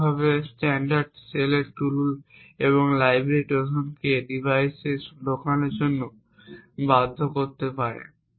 একইভাবে স্ট্যান্ডার্ড সেলের মতো টুল এবং লাইব্রেরি ট্রোজানকে ডিভাইসে ঢোকানোর জন্য বাধ্য করতে পারে